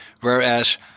Whereas